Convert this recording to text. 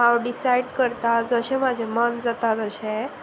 हांव डिसायड करतां जशें म्हजें मन जाता तशें